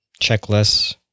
checklists